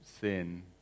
sin